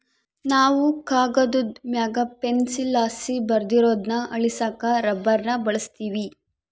ನಾವು ಕಾಗದುದ್ ಮ್ಯಾಗ ಪೆನ್ಸಿಲ್ಲಾಸಿ ಬರ್ದಿರೋದ್ನ ಅಳಿಸಾಕ ರಬ್ಬರ್ನ ಬಳುಸ್ತೀವಿ